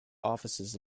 offices